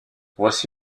voici